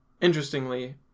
interestingly